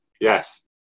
yes